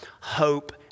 hope